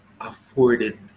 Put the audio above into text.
afforded